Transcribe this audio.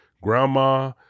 grandma